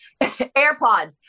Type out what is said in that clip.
Airpods